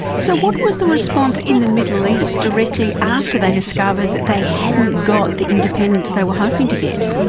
so what was the response in the middle east directly after they discovered that they hadn't got the independence they were hoping to get?